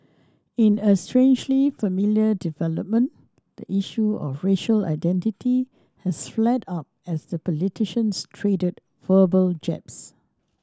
in a strangely familiar development the issue of racial identity has flared up as the politicians traded verbal jabs